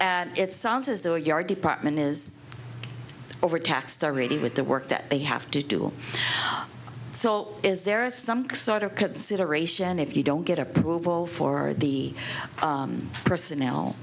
and it sounds as though your department is overtaxed already with the work that they have to do so is there some sort of consideration if you don't get approval for the personnel